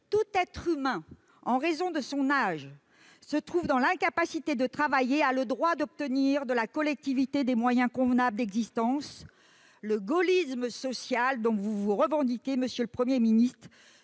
Tout être humain qui, en raison de son âge [...], se trouve dans l'incapacité de travailler a le droit d'obtenir de la collectivité des moyens convenables d'existence ». Le gaullisme social dont vous vous revendiquez se fonde sur